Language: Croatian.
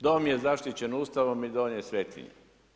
Dom je zaštićen Ustavom i dom je svetinja.